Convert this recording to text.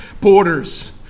borders